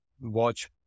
watch